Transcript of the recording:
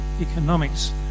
economics